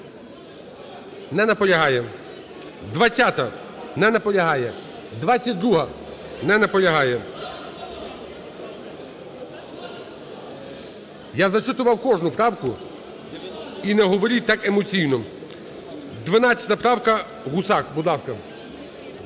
Не наполягає. 20-а. Не наполягає. 22-а. Не наполягає. Я зачитував кожну правку, і не говоріть так емоційно. 12-а правка. Гусак, будь ласка.